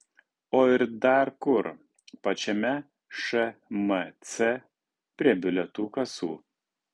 o ir dar kur pačiame šmc prie bilietų kasų